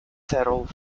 settled